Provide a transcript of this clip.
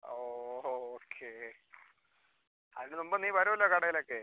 ഓ okay അതിന് മുമ്പ് നീ വരുവല്ലൊ കടയിലേക്ക്